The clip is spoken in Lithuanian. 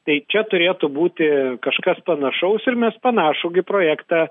tai čia turėtų būti kažkas panašaus ir mes panašų gi projektą